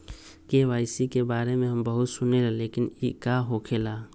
KYC के बारे में हम बहुत सुनीले लेकिन इ का होखेला?